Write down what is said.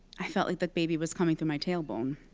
i felt like the baby was coming through my tailbone.